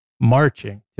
marching